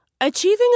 Achieving